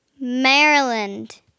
Maryland